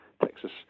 Texas